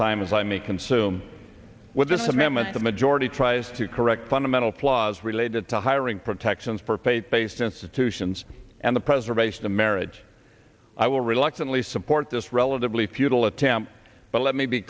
time as i may consume with this amendment the majority tries to correct fundamental flaws related to hiring protections for faith based institutions and the press relation to marriage i will reluctantly support this relatively futile attempt but let me be